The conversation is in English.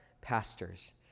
pastors